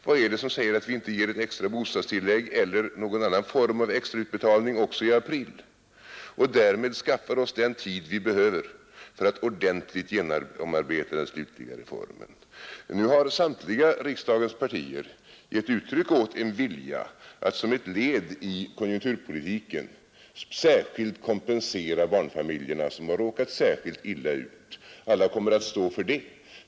Vad är det som säger att vi inte ger ett extra bostadstillägg eller annan form av extrautbetalning också i april och därmed skaffar oss den tid vi behöver för att ordentligt genomarbeta den slutliga reformen? Riksdagens samtliga partier har gett uttryck för en vilja att som ett led i konjunkturpolitiken kompensera barnfamiljerna som har råkat särskilt illa ut, alla kommer att stå för det.